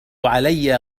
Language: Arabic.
علي